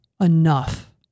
enough